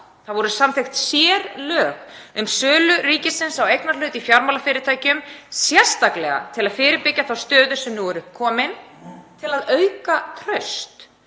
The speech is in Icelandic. voru sérlög um sölu ríkisins á eignarhluta í fjármálafyrirtækjum sérstaklega til að fyrirbyggja þá stöðu sem nú er komin upp til að auka traust,